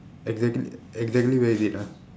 exactly exactly where is it ah